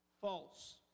false